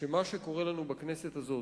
שמה שקורה לנו בכנסת הזאת,